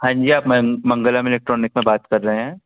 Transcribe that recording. हाँ जी आप मंग मंगलम इलेक्ट्रॉनिक में बात कर रहे हैं